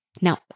Now